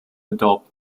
adopt